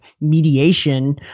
mediation